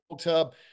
tub